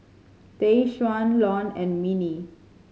Tayshaun Lon and Minnie